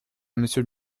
monsieur